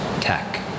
tech